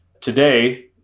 Today